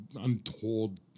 untold